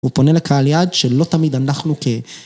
‫הוא פונה לקהל יעד, ‫שלא תמיד אנחנו כ-...